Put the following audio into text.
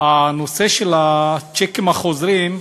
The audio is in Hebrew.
הנושא של הצ'קים החוזרים,